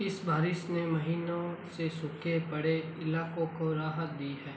इस बारिश ने महीनों से सूखे पड़े इलाकों को राहत दी है